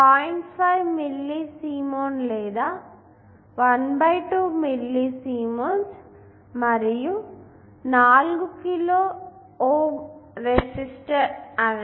5 milli siemen లేదా 12 milli siemens మరియు ఈ 4 కిలో ఓం అనేది 0